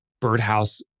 birdhouse